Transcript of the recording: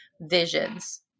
visions